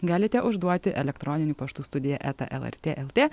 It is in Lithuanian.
galite užduoti elektroniniu paštu studija eta lrt lt